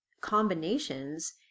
combinations